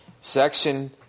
section